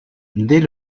dès